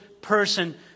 person